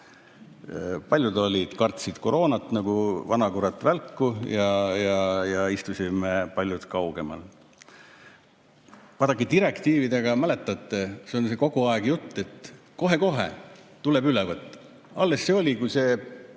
Paljud kartsid koroonat nagu vanakurat välku ja me istusime paljud kaugemal. Vaadake, direktiividega, mäletate, on kogu aeg jutt, et kohe-kohe tuleb üle võtta. Alles meil oli see